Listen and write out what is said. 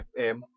FM